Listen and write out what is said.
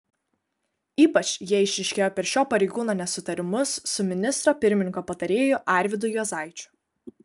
ypač jie išryškėjo per šio pareigūno nesutarimus su ministro pirmininko patarėju arvydu juozaičiu